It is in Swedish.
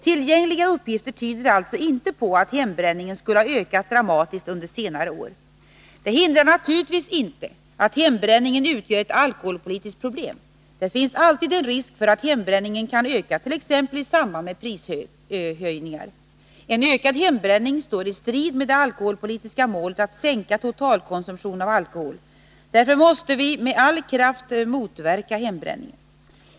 Tillgängliga uppgifter tyder alltså inte på att hembränningen skulle ha ökat dramatiskt under senare år. Det hindrar naturligtvis inte att hembränningen utgör ett alkoholpolitiskt problem. Det finns alltid en risk för att hembränningen kan öka, t.ex. i samband med prishöjningar. En ökad hembränning står i strid med det alkoholpolitiska målet att sänka totalkonsumtionen av alkohol. Därför måste vi med all kraft motverka hembränningen.